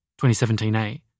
2017a